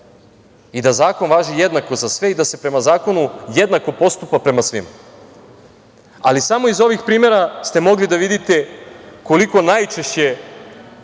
i da zakon važi jednako za sve i da se prema zakonu jednako postupa prema svima, ali samo iz ovih primera ste mogli da vidite koliko najčešće